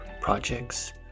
projects